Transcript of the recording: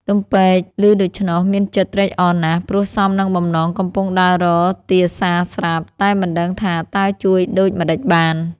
ទំពែក ឮដូច្នោះមានចិត្តត្រេកអរណាស់ ព្រោះសមនឹងបំណងកំពុងដើររកទាសាស្រាប់ តែមិនដឹងថាតើជួយដូចម្តេចបាន?។